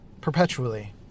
perpetually